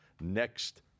next